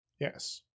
Yes